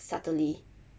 subtly